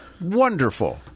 Wonderful